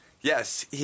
Yes